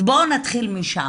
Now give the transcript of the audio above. בואו נתחיל משם.